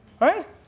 right